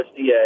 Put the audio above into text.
USDA